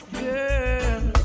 girl